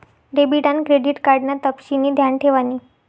debit आन credit card ना तपशिनी ध्यान ठेवानी